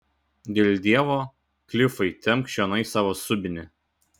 dėl dievo klifai tempk čionai savo subinę